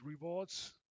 rewards